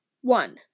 one